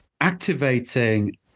activating